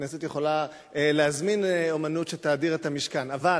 הכנסת יכולה להזמין אמנות שתאדיר את המשכן, אבל